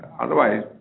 Otherwise